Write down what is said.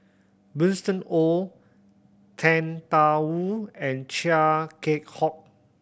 Winston Oh Tan Da Wu and Chia Keng Hock